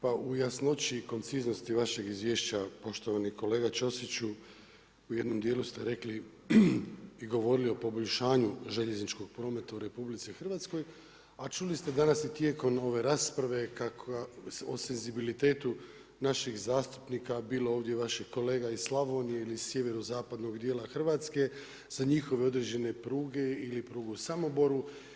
Pa u jasnoći i konciznosti vašeg izvješće poštovani kolega Ćosiću u jednom dijelu ste rekli i govorili o poboljšanju željezničkog prometa u RH, a čuli ste danas i tijekom ove rasprave o senzibilitetu naših zastupnika, bilo vaših kolega iz Slavonije ili sjeverozapadnog dijela Hrvatske za njihove određene pruge ili prugu u Samoboru.